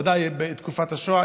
ודאי בתקופת השואה,